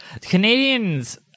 Canadians